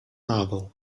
novel